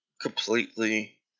completely